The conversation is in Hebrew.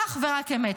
אך ורק אמת.